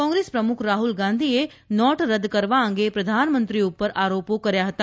કોંગ્રેસ પ્રમુખ રાહુલ ગાંધીએ નોટ રદ કરવા અંગે પ્રધાનમંત્રી પર આરોપો કર્યા હતા